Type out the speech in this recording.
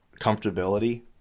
comfortability